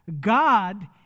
God